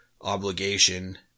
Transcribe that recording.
obligation